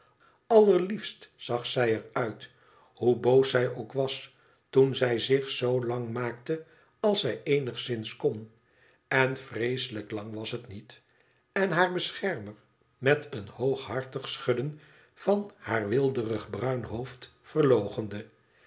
allerliefst zag zij er uit hoe boos zij ook was toen zij zich zoo lang maakte als zij eenigszins kon en vreeselijk lang was het niet en haar beschermer met een hooghartig schudden van haar weelderig bruin hoofd